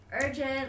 urgent